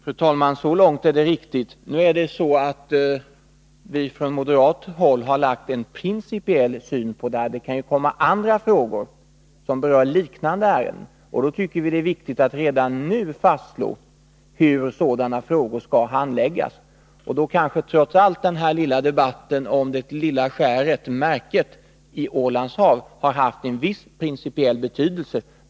Fru talman! Så långt är det riktigt. Nu har emellertid vi moderater anlagt en principiell syn på detta ärende. Det kan ju följas av andra, liknande ärenden. Därför tycker vi att det är viktigt att redan nu fastslå hur sådana frågor skall handläggas. Därmed har kanske trots allt denna lilla debatt om det lilla skäret med fyren Märket i Ålands hav har haft en viss, principiell betydelse.